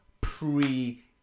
pre